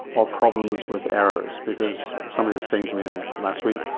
or problems with errors? because somebody was saying to me, i think last week,